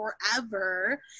forever